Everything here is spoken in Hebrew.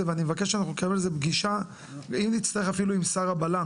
ואני מבקש שנקיים על זה פגישה אם צריך אפילו עם שר הבלם,